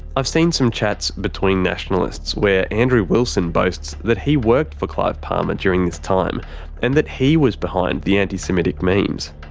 i've seen some chats between nationalists where andrew wilson boasts that he worked for clive palmer during this time and that he was behind the anti-semitic memes.